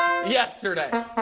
yesterday